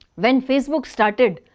when facebook started,